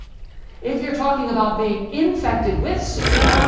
if you're talking about being infected with sin,